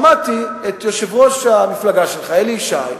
שמעתי את יושב-ראש המפלגה שלך, אלי ישי,